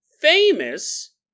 famous